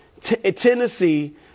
Tennessee